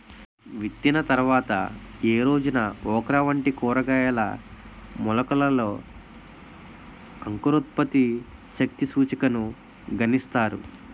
విత్తిన తర్వాత ఏ రోజున ఓక్రా వంటి కూరగాయల మొలకలలో అంకురోత్పత్తి శక్తి సూచికను గణిస్తారు?